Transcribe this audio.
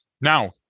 Now